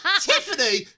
Tiffany